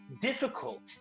difficult